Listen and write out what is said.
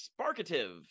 Sparkative